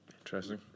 Interesting